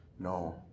No